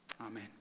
amen